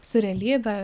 su realybe